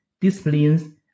disciplines